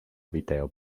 video